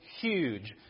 huge